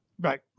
Right